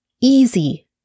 easy